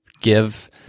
give